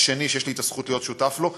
השני שיש לי הזכות להיות שותף לו,